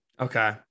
Okay